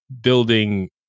building